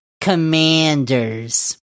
Commanders